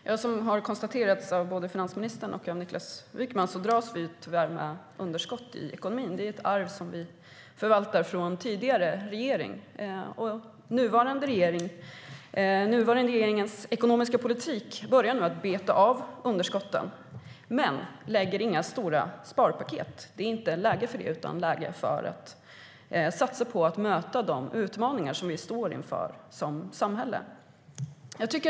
Fru talman! Som både finansministern och Niklas Wykman har konstaterat dras vi tyvärr med underskott i ekonomin. Det är ett arv som vi förvaltar från tidigare regering. Nuvarande regerings ekonomiska politik börjar nu beta av underskotten men lägger inte fram några stora sparpaket. Det är inte läge för det. Det är läge för att satsa på att möta de utmaningar som vårt samhälle står inför.